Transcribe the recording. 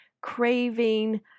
craving